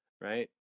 right